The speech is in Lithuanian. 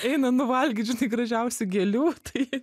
eina nuvalgyt žinai gražiausių gėlių tai